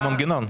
אותו מנגנון.